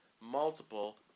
multiple